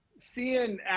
Seeing